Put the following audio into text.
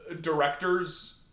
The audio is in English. directors